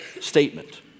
statement